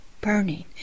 burning